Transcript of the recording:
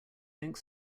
think